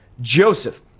Joseph